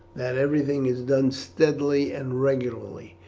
that everything is done steadily and regularly,